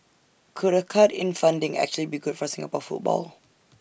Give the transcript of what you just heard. could A cut in funding actually be good for Singapore football